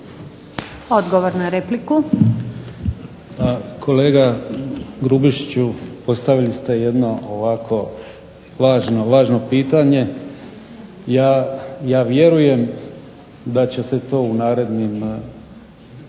Vedran (HDZ)** Kolega Grubišiću postavili ste jedno važno pitanje, ja vjerujem da će se to u narednim